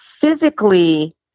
physically